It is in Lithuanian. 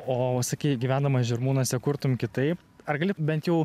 o sakei gyvendamas žirmūnuose kurtum kitaip ar gali bent jau